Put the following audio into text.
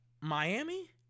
Miami